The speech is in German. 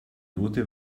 note